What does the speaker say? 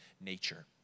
nature